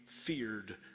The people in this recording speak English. feared